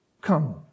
come